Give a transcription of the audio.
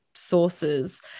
sources